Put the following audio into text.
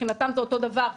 מבחינתם זה אותו דבר,